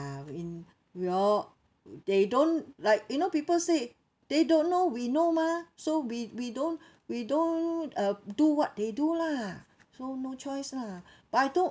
in we all they don't like you know people say they don't know we know mah so we we don't we don't uh do what they do lah so no choice lah but I